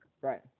right